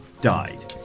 died